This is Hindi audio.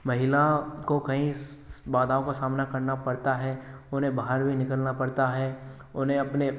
महिला को कई बाधाओं को सामना करना पड़ता है उन्हें बाहर भी निकलना पड़ता है उन्हें अपने